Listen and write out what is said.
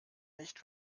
nicht